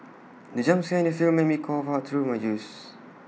the jump scare in the film made me cough out my juice